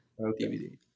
DVD